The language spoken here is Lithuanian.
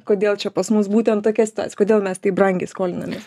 kodėl čia pas mus būtent tokia situacija kodėl mes taip brangiai skolinamės